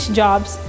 jobs